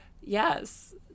Yes